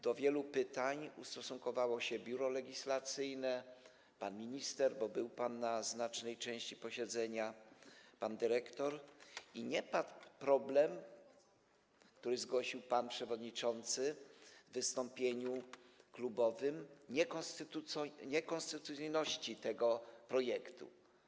Do wielu pytań ustosunkowało się Biuro Legislacyjne, pan minister, bo był pan na znacznej części posiedzenia, pan dyrektor, i nie padł problem, zarzut, który zgłosił pan przewodniczący w wystąpieniu klubowym, niekonstytucyjności tego projektu.